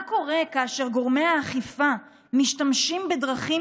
מה קורה כאשר גורמי האכיפה משתמשים בדרכים